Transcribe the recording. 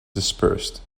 dispersed